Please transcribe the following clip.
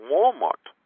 Walmart